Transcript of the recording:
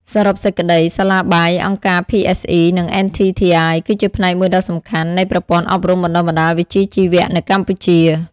សរុបសេចក្តី សាលាបាយ អង្គការភីអេសអឺ និង NTTI គឺជាផ្នែកមួយដ៏សំខាន់នៃប្រព័ន្ធអប់រំបណ្តុះបណ្តាលវិជ្ជាជីវៈនៅកម្ពុជា។